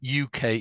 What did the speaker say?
UK